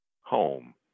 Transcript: Home